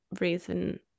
reason